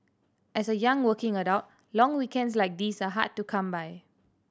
as a young working adult long weekends like these are hard to come by